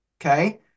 okay